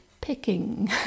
picking